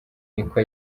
niko